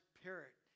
parrot